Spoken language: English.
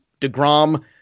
DeGrom